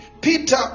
Peter